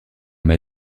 mai